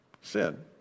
sin